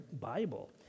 Bible